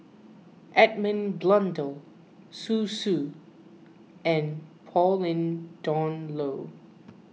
Edmund Blundell Zhu Xu and Pauline Dawn Loh